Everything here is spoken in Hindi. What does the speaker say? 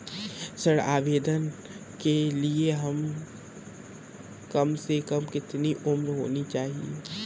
ऋण आवेदन के लिए कम से कम कितनी उम्र होनी चाहिए?